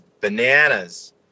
bananas